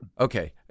Okay